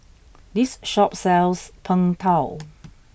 this shop sells Png Tao